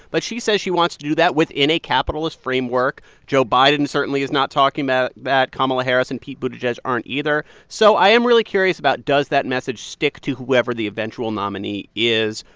but she says she wants to do that within a capitalist framework. joe biden certainly is not talking about that. kamala harris and pete buttigieg aren't either. so i am really curious about does that message stick to whoever the eventual nominee is,